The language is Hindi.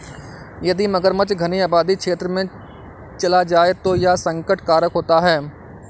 यदि मगरमच्छ घनी आबादी क्षेत्र में चला जाए तो यह संकट कारक होता है